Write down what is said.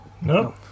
No